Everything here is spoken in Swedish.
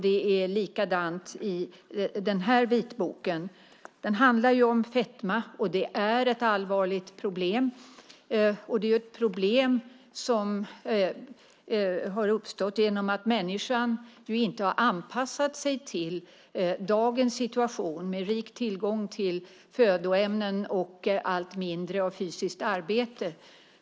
Det är likadant i den här vitboken. Den handlar om fetma, och det är ett allvarligt problem. Det är ett problem som har uppstått genom att människan inte har anpassat sig till dagens situation med rik tillgång på födoämnen och med allt mindre av fysiskt arbete.